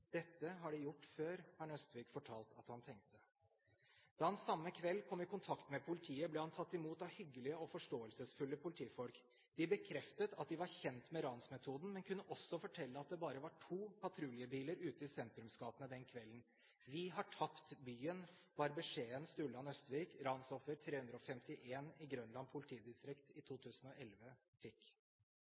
Dette har de gjort før, har Nøstvik fortalt at han tenkte. Da han samme kveld kom i kontakt med politiet, ble han tatt imot av hyggelige og forståelsesfulle politifolk. De bekreftet at de var kjent med ransmetoden, men kunne også fortelle at det bare var to patruljebiler ute i sentrumsgatene den kvelden. Vi har tapt byen, var beskjeden Sturla Nøstvik – ransoffer nr. 351 i Grønland politidistrikt i 2011 – fikk.